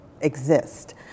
exist